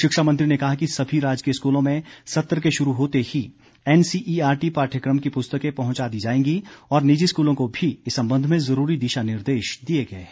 शिक्षा मंत्री ने कहा कि सभी राजकीय स्कूलों में सत्र के शुरू होते ही एनसीईआरटी पाठयक्रम की पुस्तकें पहुंचा दी जाएंगी और निजी स्कूलों को भी इस संबंध में जरूरी दिशा निर्देश दिए गए हैं